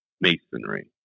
masonry